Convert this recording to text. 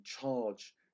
charge